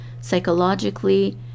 psychologically